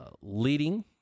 leading